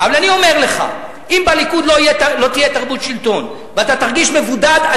אבל אני אומר לך: אם בליכוד לא תהיה תרבות שלטון ואתה תרגיש מבודד,